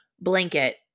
blanket